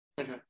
Okay